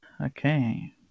Okay